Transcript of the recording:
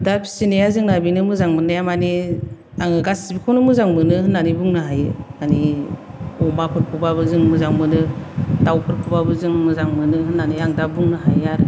दा फिसिनाया जोंना बेनो जोंना मोजां मोननाया मानि आङो गासिबखौनो मोजां मोनो होन्नानै बुंनो हायो मानि अमाफोरखौबाबो जों मोजां मोनो दावफोरखौबाबो जों मोजां मोनो होन्नानै आं दा बुंनो हायो आरो